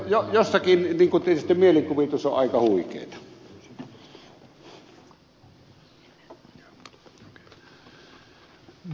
jossakin tietysti mielikuvitus on aika huikeata